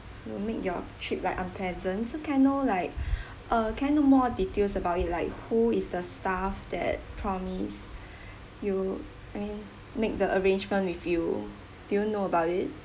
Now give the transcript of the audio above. to make your trip like unpleasant so can I know like uh can I know more details about it like who is the staff that promised you I mean make the arrangement with you do you know about it